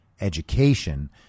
education